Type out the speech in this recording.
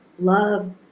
love